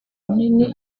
runini